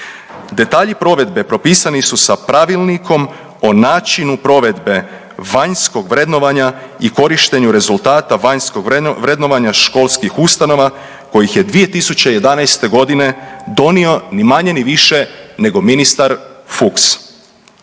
Detalji provedbe propisani su Pravilnikom o načinu provedbu vanjskog vrednovanja i korištenju rezultata vanjskog vrednovanja školskih ustanova kojih je 2011.g. donio ni manje ni više nego ministar Fuchs.